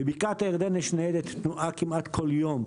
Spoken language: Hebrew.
בבקעת הירדן יש ניידת תנועה כמעט כל יום.